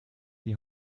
die